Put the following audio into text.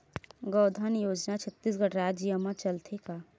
गौधन योजना छत्तीसगढ़ राज्य मा चलथे का?